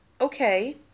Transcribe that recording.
okay